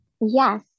Yes